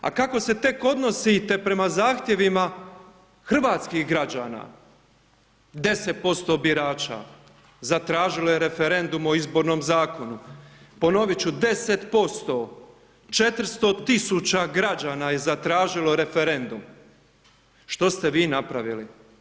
A kako se tek odnosite prema zahtjevima hrvatskih građana, 10% birača zatražilo je Referendum o izbornom zakonu, ponovit ću 10%, 400 000 građana je zatražilo referendum, što ste vi napravili?